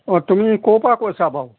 অ তুমি ক'ৰপৰা কৈছা বাৰু